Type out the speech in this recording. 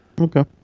okay